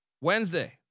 Wednesday